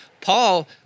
Paul